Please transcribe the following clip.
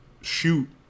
shoot